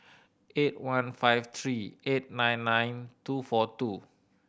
eight one five three eight nine nine two four two